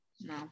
No